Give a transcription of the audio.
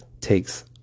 takes